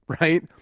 right